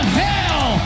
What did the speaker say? hell